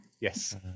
Yes